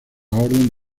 orden